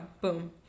boom